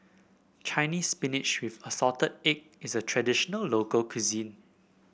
Chinese Spinach with assorted egg is a traditional local cuisine